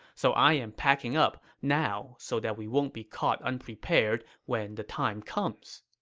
so i'm packing up now so that we won't be caught unprepared when the time comes.